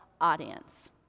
audience